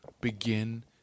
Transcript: begin